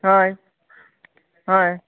हय हय